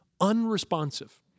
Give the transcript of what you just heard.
unresponsive